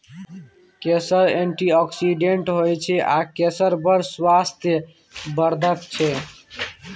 केसर एंटीआक्सिडेंट होइ छै आ केसर बड़ स्वास्थ्य बर्धक छै